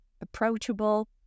approachable